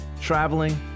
traveling